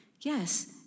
Yes